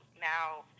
now